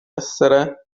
essere